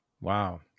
Wow